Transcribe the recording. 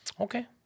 Okay